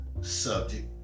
subject